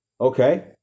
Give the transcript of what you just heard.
Okay